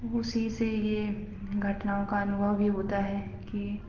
उसी से यह घटनाओं का अनुभव ही होता है कि